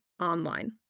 online